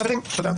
חברים, תודה.